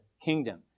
kingdom